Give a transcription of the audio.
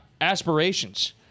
aspirations